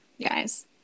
guys